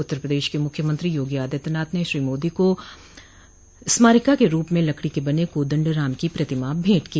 उत्तरप्रदेश के मुख्यमंत्री योगी आदित्यनाथ ने श्री मोदी को स्मारिका के रूप में लकड़ी के बने कादंड राम की प्रतिमा भेंट की